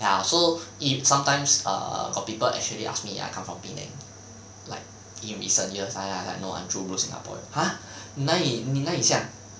ya so if sometimes err got people actually ask me I come from penang like in recent years ah like no ah true blue singaporean !huh! 你那里你哪里像